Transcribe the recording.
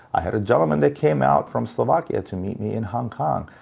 i had a gentleman that came out from slovakia to meet me in hong kong.